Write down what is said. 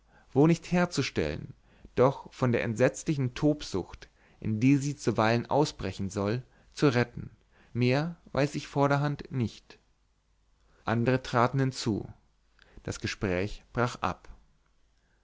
wo nicht herzustellen doch von der entsetzlichen tobsucht in die sie zuweilen ausbrechen soll zu retten mehr weiß ich vorderhand nicht andere traten hinzu das gespräch brach ab